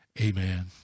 amen